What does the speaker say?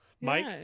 Mike